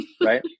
right